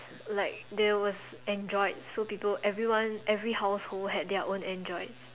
like there was Android so everyone everyone household had their own Android